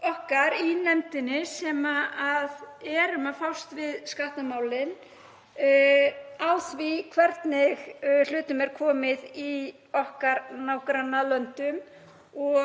okkar í nefndinni sem erum að fást við skattamálin á því hvernig hlutum er fyrir komið í okkar nágrannalöndum og